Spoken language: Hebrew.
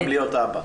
גם להיות אבא.